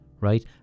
right